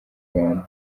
rwanda